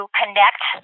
connect